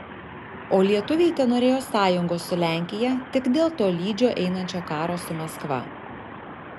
o lietuviai tenorėjo sąjungos su lenkija tik dėl tolydžio einančio karo su maskva